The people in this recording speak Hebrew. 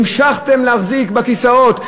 המשכתם להחזיק בכיסאות.